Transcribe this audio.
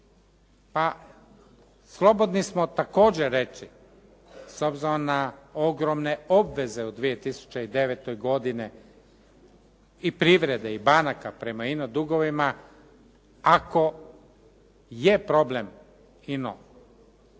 pa slobodni smo također reći s obzirom na ogromne obveze u 2009. godini i privrede i banaka prema ino dugovima ako je problem ino